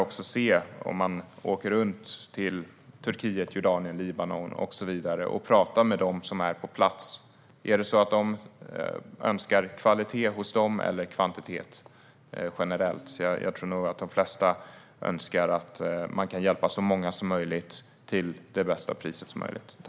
Om man åker runt i Turkiet, Jordanien, Libanon och så vidare och pratar med dem som är på plats kan man ta reda på om de generellt önskar kvalitet eller kvantitet. Jag tror nog att de flesta önskar att man kan hjälpa så många som möjligt till det bästa priset som möjligt.